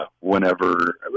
whenever